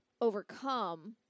overcome